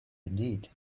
indeed